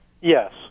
Yes